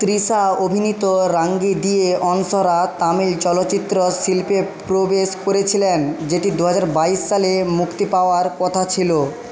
তৃষা অভিনীত রাঙ্গি দিয়ে অনস্বরা তামিল চলচ্চিত্র শিল্পে প্রবেশ করেছিলেন যেটি দু হাজার বাইশ সালে মুক্তি পাওয়ার কথা ছিল